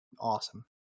awesome